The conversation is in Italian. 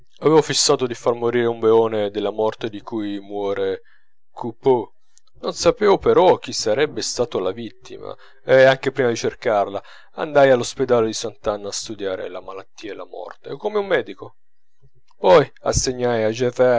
avevo fissato di far morire un beone della morte di cui muore coupeau non sapevo però chi sarebbe stato la vittima e anche prima di cercarla andai all'ospedale di sant'anna a studiare la malattia e la morte come un medico poi assegnai a